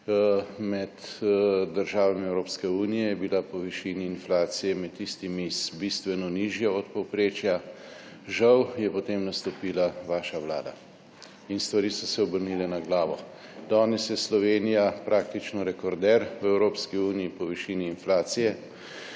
Med državami Evropske unije je bila po višini inflacije med tistimi z bistveno nižjo od povprečja. Žal je potem nastopila vaša vlada in stvari so se obrnile na glavo. Danes je Slovenija praktično rekorder v Evropski uniji po višini inflacije.